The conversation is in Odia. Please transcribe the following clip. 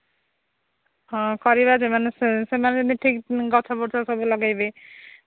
ହଁ କରିବା ଯେ ସେମାନେ ଯଦି ଠିକ୍ ଗଛଗୁଛ ସବୁ ଲଗେଇବେ